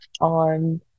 on